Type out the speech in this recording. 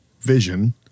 vision